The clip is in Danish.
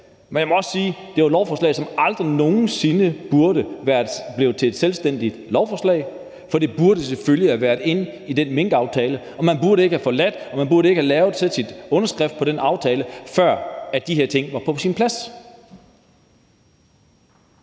men jeg må også sige: Det er jo et lovforslag, som aldrig nogen sinde burde være blevet til et selvstændigt lovforslag, for det burde selvfølgelig have været en del af den minkaftale; man burde ikke have forladt den, og man burde ikke have sat sin underskrift på den aftale, før de her ting var på plads.